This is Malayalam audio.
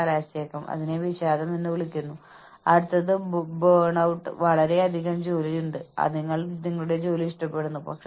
ഞാൻ അർത്ഥമാക്കുന്നത് വളരെ ഉയർന്ന പ്രകടനം നടത്താൻ നിങ്ങൾ നിരന്തരം തോക്കിൻ മുനയിലെന്നപോലെയാണെങ്കിൽ നിങ്ങൾ സമ്മർദ്ദത്തിലായിരിക്കാം നിങ്ങളുടെ ജോലിയിൽ നിങ്ങൾക്ക് അതൃപ്തി തോന്നാം